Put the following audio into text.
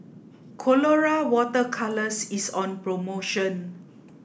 colora water colours is on promotion